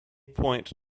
point